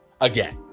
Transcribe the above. Again